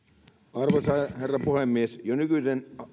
arvoisa herra puhemies jo nykyinen